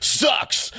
sucks